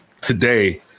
today